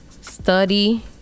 study